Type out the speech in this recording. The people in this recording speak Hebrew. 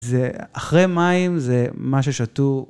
זה אחרי מים זה מה ששתו.